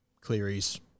Cleary's